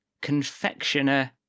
confectioner